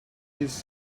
his